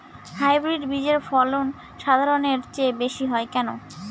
Hybrid বীজের ফলন সাধারণের চেয়ে বেশী হয় কেনো?